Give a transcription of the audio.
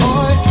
Boy